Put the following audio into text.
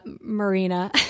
Marina